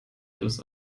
alles